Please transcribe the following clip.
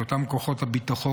את אותם אנשי כוחות הביטחון,